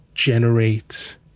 generate